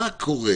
מה קורה